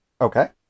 Okay